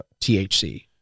thc